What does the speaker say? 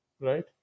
right